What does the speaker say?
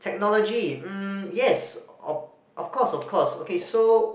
technology mm yes of of course of course okay so